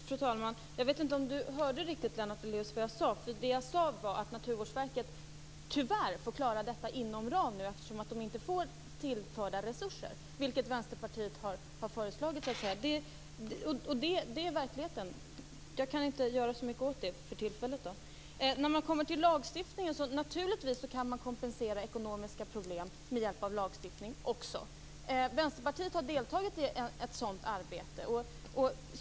Fru talman! Jag vet inte om Lennart Daléus riktigt hörde vad jag sade. Jag sade att Naturvårdsverket tyvärr får klara detta inom ramen eftersom det inte får resurser tillförda, vilket Vänsterpartiet har föreslagit. Det är verkligheten. Jag kan inte göra så mycket åt det för tillfället. Naturligtvis kan man kompensera ekonomiska problem med hjälp av lagstiftning. Vänsterpartiet har deltagit i ett sådant arbete.